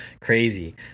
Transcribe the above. crazy